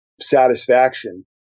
satisfaction